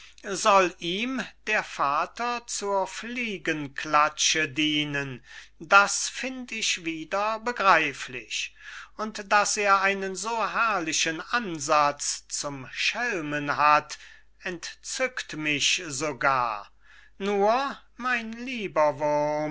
soll ihm der vater zur fliegenklatsche dienen das find ich wieder begreiflich und daß er einen so herrlichen ansatz zum schelmen hat entzückt mich sogar nur mein lieber wurm